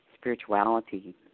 spirituality